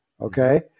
okay